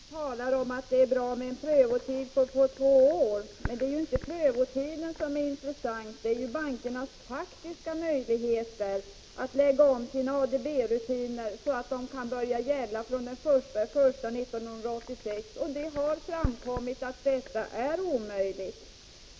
Herr talman! Jan Bergqvist talar om att det är bra med prövotiden två år. Men det är inte prövotiden som är intressant, utan det intressanta är bankernas faktiska möjligheter att lägga om sina ADB-rutiner, så att bankerna kan börja använda systemet den 1 januari 1986. Det har framkommit att det är omöjligt.